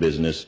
business